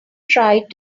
tried